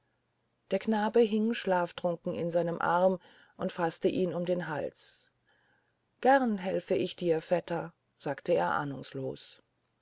der knabe hing schlaftrunken in seinem arm und faßte ihn um den hals gern helfe ich dir vetter sagte er ahnungslos